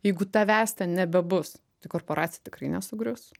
jeigu tavęs ten nebebus tai korporacija tikrai nesugrius